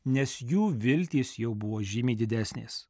nes jų viltys jau buvo žymiai didesnės